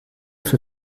für